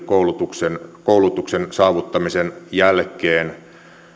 koulutuksen koulutuksen saavuttamisen jälkeen